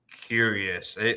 curious